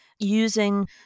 using